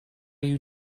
you